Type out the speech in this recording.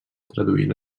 traduir